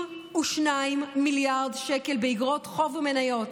92 מיליארד שקל באיגרות חוב ומניות,